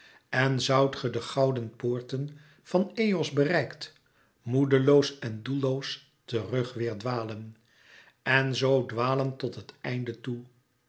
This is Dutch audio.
en zoudt ge de gouden poorten van eos bereikt moedeloos en doelloos terug weêr dwalen en zoo dwalen tot het einde toe